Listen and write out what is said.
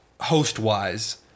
host-wise